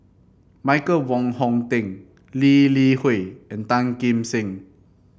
Michael Wong Hong Teng Lee Li Hui and Tan Kim Seng